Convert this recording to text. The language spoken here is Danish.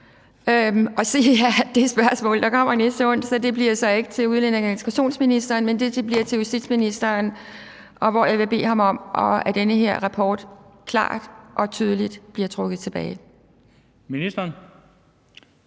det spørgsmål, der kommer næste onsdag, så ikke bliver til udlændinge- og integrationsministeren, men til justitsministeren. Og der vil jeg bede ham om, at denne rapport klart og tydeligt bliver tilbagevist.